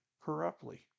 corruptly